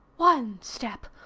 one step!